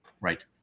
Right